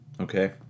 okay